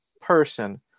person